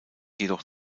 jedoch